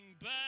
back